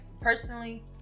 personally